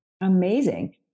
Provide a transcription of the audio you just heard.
Amazing